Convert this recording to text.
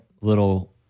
little